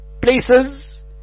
places